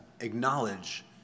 acknowledge